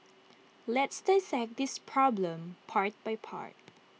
let's dissect this problem part by part